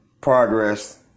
progress